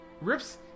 Rips